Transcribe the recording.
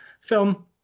film